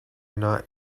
not